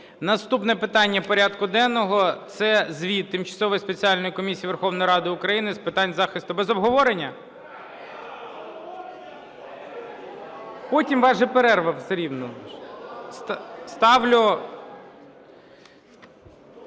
Наступне питання порядку денного - це звіт Тимчасової спеціальної комісії Верховної Ради України з питань захисту… Без обговорення? Потім у вас перерва все рівно. Без